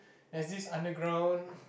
there's this underground